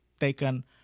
taken